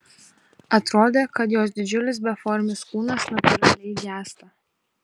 atrodė kad jos didžiulis beformis kūnas natūraliai gęsta